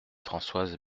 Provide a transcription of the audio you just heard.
françoise